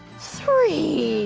three,